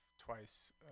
twice